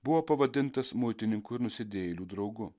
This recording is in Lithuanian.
buvo pavadintas muitininkų ir nusidėjėlių draugu